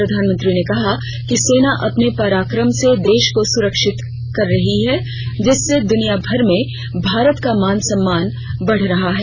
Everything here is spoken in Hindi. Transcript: प्रधानमंत्री ने कहा कि सेना अपने पराक्रम से देश को सुरक्षित कर रही है जिससे दुनिया भर में भारत का मान सम्मान बढ रहा है